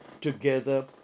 together